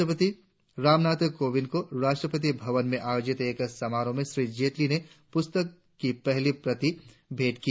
राष्ट्रपति रामनाथ कोविंद को राष्ट्रपति भवन में आयोजित एक समारोह में श्री जेटली ने पुस्तक की पहली प्रति भेंट की